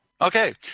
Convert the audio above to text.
Okay